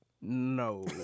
No